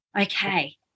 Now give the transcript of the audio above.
okay